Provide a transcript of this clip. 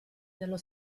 dello